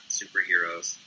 superheroes